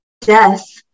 death